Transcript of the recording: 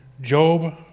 Job